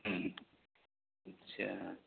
अच्छा